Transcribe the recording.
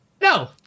No